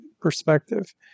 perspective